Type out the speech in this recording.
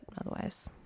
otherwise